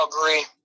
Agree